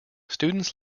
students